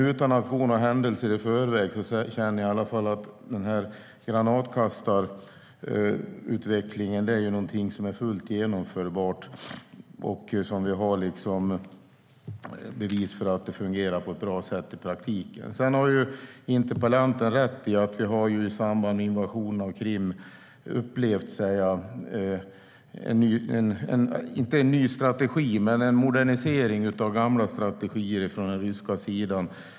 Utan att gå händelserna i förväg känner jag att granatkastarutvecklingen är fullt genomförbar. Det finns bevis för att den fungerar på ett bra sätt i praktiken. Interpellanten har rätt i att i samband med invasionen av Krim har vi sett en modernisering av gamla strategier från den ryska sidan.